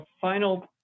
final